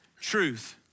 truth